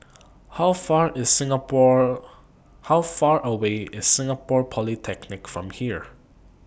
How Far IS Singapore How Far away IS Singapore Polytechnic from here